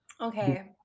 Okay